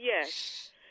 Yes